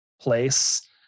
place